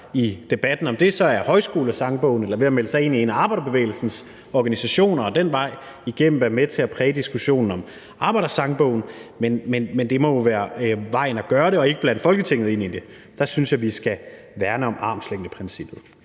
i debatten, om det så er Højskolesangbogen, eller det er ved at melde sig ind i en af arbejderbevægelsens organisationer og den vej igennem være med til at præge diskussionen om Arbejdersangbogen. Men det må jo være vejen til at gøre det og ikke blande Folketinget ind i det. Der synes jeg vi skal værne om armslængdeprincippet.